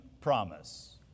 promise